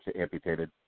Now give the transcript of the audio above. amputated